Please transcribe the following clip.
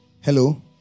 Hello